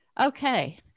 okay